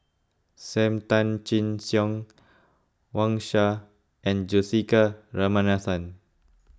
Sam Tan Chin Siong Wang Sha and Juthika Ramanathan